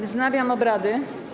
Wznawiam obrady.